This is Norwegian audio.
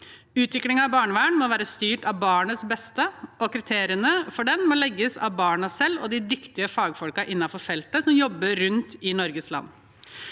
Utviklingen i barnevern må være styrt av barnets beste, og kriteriene for det må legges av barna selv og de dyktige fagfolkene innenfor feltet, som jobber rundt i Norges land.